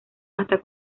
hasta